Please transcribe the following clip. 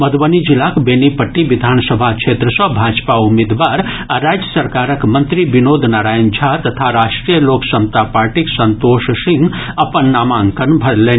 मधुबनी जिलाक बेनीपट्टी विधानसभा क्षेत्र सँ भाजपा उम्मीदवार आ राज्य सरकारक मंत्री विनोद नारायण झा तथा राष्ट्रीय लोक समता पार्टीक संतोष सिंह अपन नामांकन भरलनि